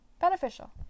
beneficial